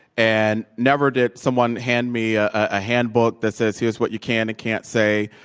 and never did someone hand me a ah handbook that said, here's what you can and can't say.